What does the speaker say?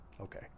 okay